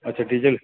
अच्छा डीजल